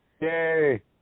Yay